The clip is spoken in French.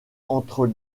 entre